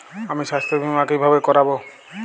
আমি স্বাস্থ্য বিমা কিভাবে করাব?